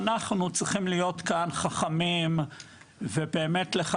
אנחנו צריכים להיות כאן חכמים ובאמת לך